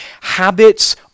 habits